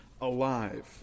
alive